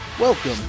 Welcome